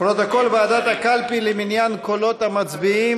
פרוטוקול ועדת הקלפי למניין קולות המצביעים